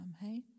hey